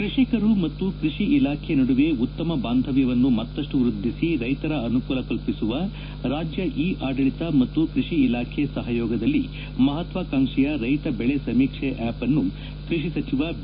ಕೃಷಿಕರು ಮತ್ತು ಕೃಷಿ ಇಲಾಖೆ ನಡುವೆ ಉತ್ತಮ ಬಾಂಧವ್ಯವನ್ನು ವೃದ್ದಿಸಿ ರೈತರ ಅನುಕೂಲ ಕಲ್ಪಿಸುವ ರಾಜ್ಯ ಇ ಆಡಳಿತ ಮತ್ತು ಕೃಷಿ ಇಲಾಖೆ ಸಹಯೋಗದಲ್ಲಿ ಮಹತ್ವಕಾಂಕ್ಷಿಯ ರೈತ ಬೆಳೆ ಸಮೀಕ್ಷೆ ಆಪ್ ಅನ್ನು ಕೃಷಿ ಸಚಿವ ಬಿ